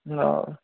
ହଉ